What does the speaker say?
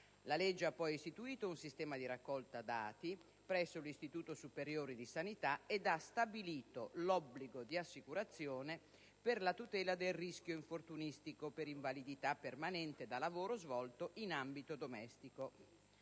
La legge ha poi istituito un sistema di raccolta dati presso l'Istituto superiore di sanità ed ha stabilito l'obbligo di assicurazione per la tutela del rischio infortunistico per invalidità permanente da lavoro svolto in ambito domestico,